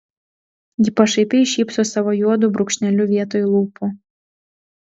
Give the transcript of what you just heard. ji pašaipiai šypso savo juodu brūkšneliu vietoj lūpų